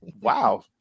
wow